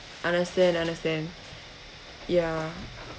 understand understand ya